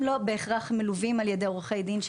הם לא בהכרח מלווים על ידי עורכי דין.